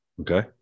okay